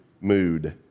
mood